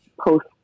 post